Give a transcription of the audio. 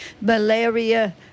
malaria